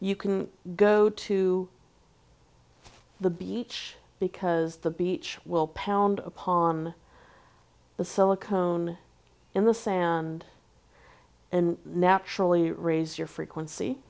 you can go to the beach because the beach will pound upon the silicone in the sand and naturally raise your frequency